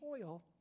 toil